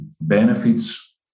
benefits